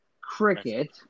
Cricket